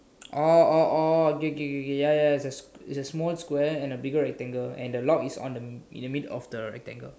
oh oh oh okay K K K ya ya ya it's a small square and a bigger rectangle and the lock is like on the middle of the rectangle